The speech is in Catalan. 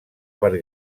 per